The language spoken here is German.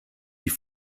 die